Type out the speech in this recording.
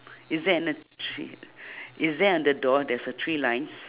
is there an~ three is there on the door there's a three lines